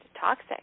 toxic